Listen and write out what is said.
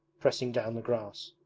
pressing down the grass.